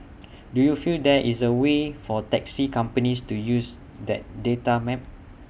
do you feel there is A way for taxi companies to use that data map